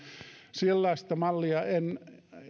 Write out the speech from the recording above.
sellaista mallia en